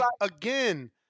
again